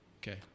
okay